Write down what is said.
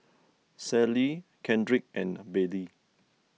Sallie Kendrick and Baylie